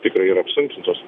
tikrai yra apsunkintos